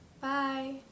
Bye